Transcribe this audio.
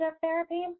therapy